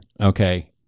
Okay